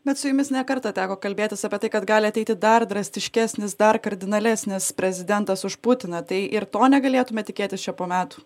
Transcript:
bet su jumis ne kartą teko kalbėtis apie tai kad gali ateiti dar drastiškesnis dar kardinalesnis prezidentas už putiną tai ir to negalėtume tikėtis čia po metų